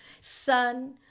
Son